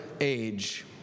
age